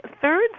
third